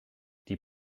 die